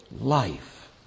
life